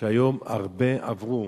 שהיום הרבה עברו